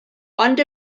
ond